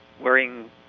wearing